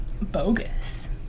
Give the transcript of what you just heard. bogus